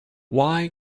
why